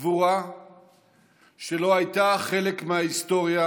גבורה שלא הייתה חלק מההיסטוריה,